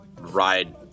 ride